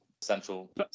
central